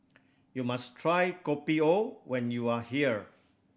you must try Kopi O when you are here